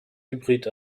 hybrid